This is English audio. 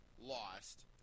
lost